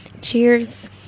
Cheers